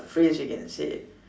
phrase you can say